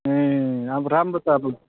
ए अब राम्रो त अब